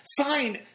fine